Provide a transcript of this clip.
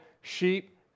sheep